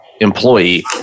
employee